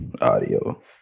audio